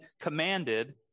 commanded